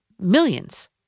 millions